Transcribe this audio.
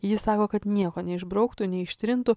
ji sako kad nieko neišbrauktų neištrintų